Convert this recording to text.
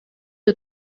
you